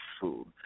food